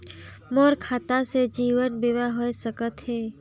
मोर खाता से जीवन बीमा होए सकथे?